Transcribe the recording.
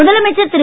முதலமைச்சர் திரு